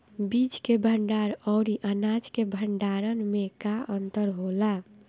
बीज के भंडार औरी अनाज के भंडारन में का अंतर होला?